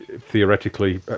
theoretically